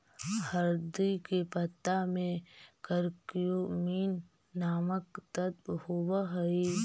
हरदी के पत्ता में करक्यूमिन नामक तत्व होब हई